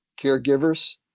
caregivers